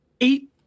eight